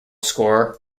scorer